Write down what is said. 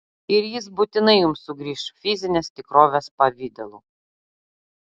ir jis būtinai jums sugrįš fizinės tikrovės pavidalu